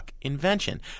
invention